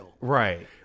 Right